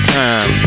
time